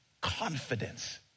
confidence